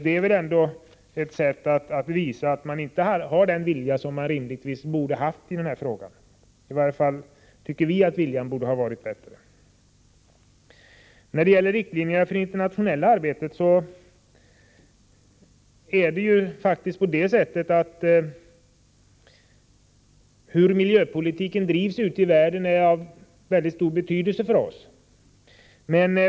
Det visar väl ändå att man inte har den vilja som man rimligen borde ha haft när det gäller dessa frågor. I varje fall tycker vi att viljan borde ha varit bättre. När det gäller riktlinjerna för det internationella arbetet vill jag framhålla att det har väldigt stor betydelse för oss hur miljöpolitiken drivs ute i världen.